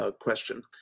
question